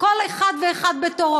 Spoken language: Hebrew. כל אחד בתורו.